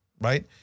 right